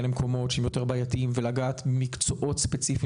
למקומות שיהיו יותר בעייתיים ולגעת במקצועות ספציפיים